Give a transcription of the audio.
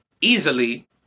Easily